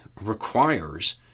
requires